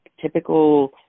typical